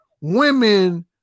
women